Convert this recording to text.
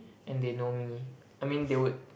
and they know me I mean they would